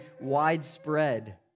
widespread